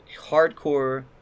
hardcore